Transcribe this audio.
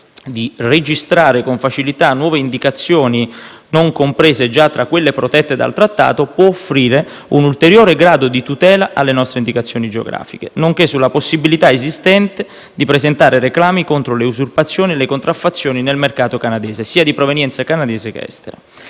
di registrare con facilità nuove indicazioni non comprese già tra quelle protette dal Trattato - può offrire un ulteriore grado di tutela alle nostre indicazioni geografiche, nonché sulla possibilità esistente di presentare reclami contro le usurpazioni e le contraffazioni nel mercato canadese (sia di provenienza canadese che estera).